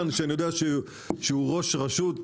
מאז הם למדו לעשות קופה שלמה על הרשויות